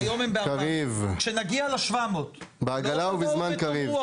שהיום הם --- כשנגיע ל-700 מה תבואו ותאמרו?